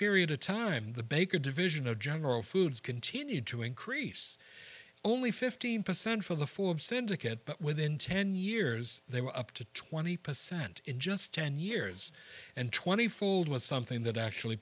period of time the baker division of general foods continued to increase only fifteen percent for the fall of syndicate but within ten years they were up to twenty percent in just ten years and twenty fold was something that actually